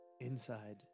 inside